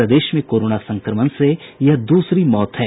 प्रदेश में कोरोना संक्रमण से यह दूसरी मौत है